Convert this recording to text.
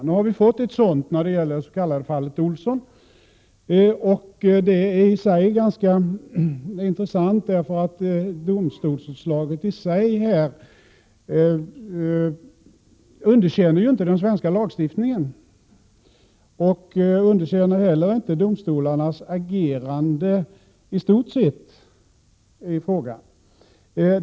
Nu har vi fått ett sådant när det gäller det s.k. fallet Olsson. Det är i sig ganska intressant — domstolsutslaget i sig underkänner inte den svenska lagstiftningen och underkänner i stort sett inte heller domstolarnas agerande i frågan.